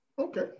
Okay